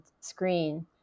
screen